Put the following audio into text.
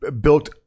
built